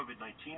COVID-19